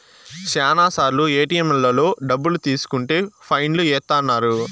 శ్యానా సార్లు ఏటిఎంలలో డబ్బులు తీసుకుంటే ఫైన్ లు ఏత్తన్నారు